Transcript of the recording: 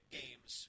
games